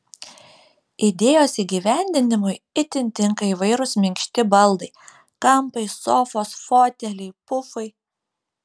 idėjos įgyvendinimui itin tinka įvairūs minkšti baldai kampai sofos foteliai pufai